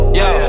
yo